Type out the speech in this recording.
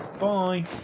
Bye